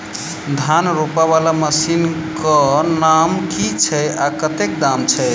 धान रोपा वला मशीन केँ नाम की छैय आ कतेक दाम छैय?